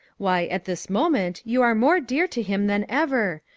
why, at this moment you are more dear to him than ever,